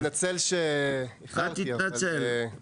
אני מתנצל שאיחרתי, אבל זה באשמתכם.